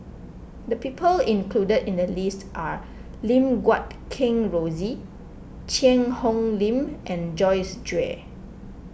the people included in the list are Lim Guat Kheng Rosie Cheang Hong Lim and Joyce Jue